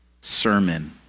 sermon